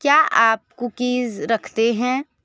क्या आप कुकीज़ रखते हैं